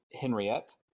Henriette